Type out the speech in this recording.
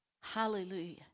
Hallelujah